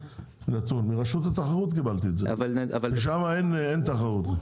מרשות התחרות קיבלתי את זה ושם אין תחרות.